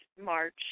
march